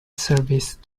service